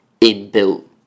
inbuilt